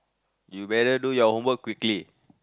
you better do your homework quickly